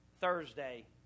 Thursday